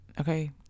Okay